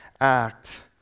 act